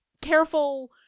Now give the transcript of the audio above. careful